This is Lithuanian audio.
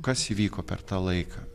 kas įvyko per tą laiką